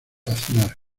aznar